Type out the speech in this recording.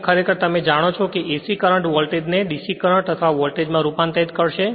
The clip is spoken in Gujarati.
અહીં ખરેખર તમે જાણો છો કે તે AC કરંટ વોલ્ટેજને DC કરંટ અથવા વોલ્ટેજ માં રૂપાંતરિત કરશે